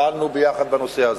פעלנו ביחד בנושא הזה.